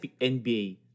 NBA